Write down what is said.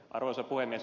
arvoisa puhemies